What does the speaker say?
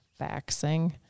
faxing